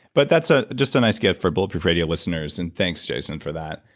but that's ah just a nice gift for bulletproof radio listeners, and thanks jason for that,